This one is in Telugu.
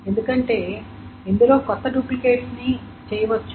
ఎందుకంటే ఇందులో కొత్త డూప్లికేట్స్ ని చేయవచ్చు